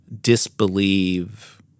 disbelieve